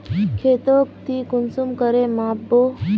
खेतोक ती कुंसम करे माप बो?